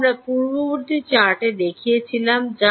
যা আমরা পূর্ববর্তী চার্টে দেখিয়েছিলাম